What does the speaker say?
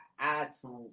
iTunes